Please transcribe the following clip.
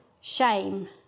Shame